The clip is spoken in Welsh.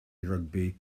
rygbi